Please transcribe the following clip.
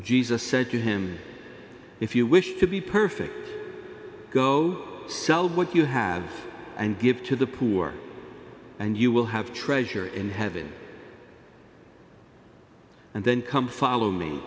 said to him if you wish to be perfect go sell what you have and give to the poor and you will have treasure in heaven and then come follow me